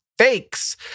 fakes